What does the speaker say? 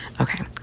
okay